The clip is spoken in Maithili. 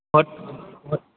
ओत्त ओत्त